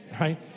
right